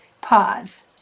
Pause